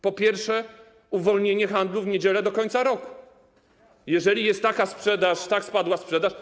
Po pierwsze, uwolnienie handlu w niedzielę do końca roku, jeżeli jest taka sprzedaż, jeżeli tak spadła sprzedaż.